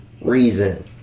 reason